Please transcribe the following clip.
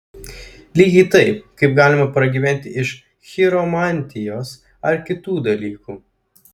lygiai taip kaip galima pragyventi iš chiromantijos ar kitų dalykų